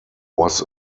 was